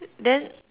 then